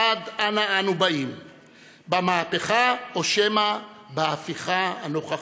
עד אנה אנו באים במהפכה, או שמא בהפיכה, הנוכחית?